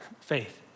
faith